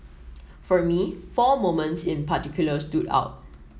for me four moments in particular stood out